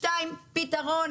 שתיים,